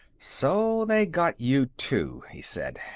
so they got you too, he said.